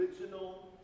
original